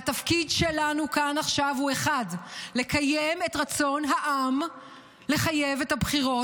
והתפקיד שלנו כאן עכשיו הוא אחד: לקיים את רצון העם לחייב את הבחירות.